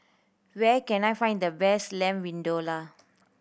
where can I find the best Lamb Vindaloo